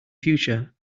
future